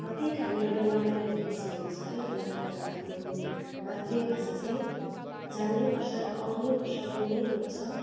प्रत्येक हामी एउटा नेपाली भए पछि हामी सबैलाई आफ्नो मातृभाषा चाहिँ जान्नै पर्छ र आउनै पर्छ बोल्नै पर्छ